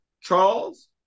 Charles